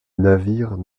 navire